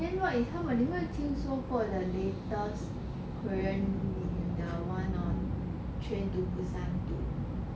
then what if how about 你有没有听说 when the one on train to busan